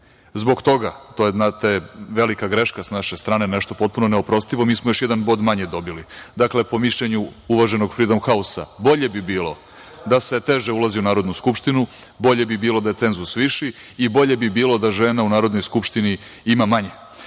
Zbog toga. To je, znate, velika greška sa naše strane, nešto potpuno neoprostivo. Mi smo još jedan bod manje dobili. Dakle, po mišljenju uvaženog Fridom hausa, bolje bi bilo da se teže ulazi u Narodnu skupštinu, bolje bi bilo da je cenzus viši i bolje bi bilo da žena u Narodnoj skupštini ima manje. Tako